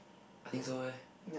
I think so eh